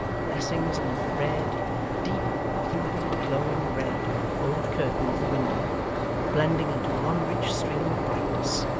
blessings on the red deep, ruby, glowing red old curtain of the window blending into one rich stream of brightness,